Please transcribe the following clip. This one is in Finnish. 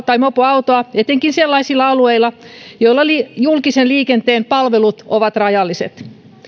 tai mopoautoa etenkin sellaisilla alueilla joilla julkisen liikenteen palvelut ovat rajalliset